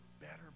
better